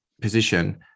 position